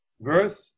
verse